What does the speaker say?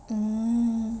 mm